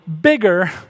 bigger